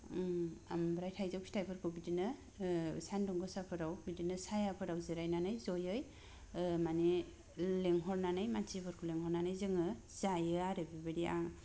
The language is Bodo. ओम ओमफ्राय थाइजौ फिथायफोरखौ बिदिनो ओ सानदुं गोसाफोराव बिदिनो सायाफोराव जिरायनानै जयै ओ माने लेंहरनानै मानसिफोरखौ लिंहरनानै जोङो जायो आरो बिबायदि